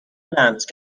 لمس